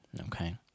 Okay